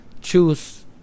choose